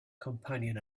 companion